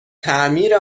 تعمیر